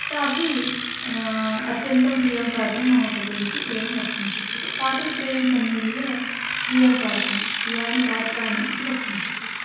सा अपि अत्यन्तं प्रियं पात्रं मम कृते इति एवं वक्तुं शक्यते पात्रत्रयं सम्मील्य प्रियं पात्रं प्रियाणि पात्राणि इति वक्तुं शक्यते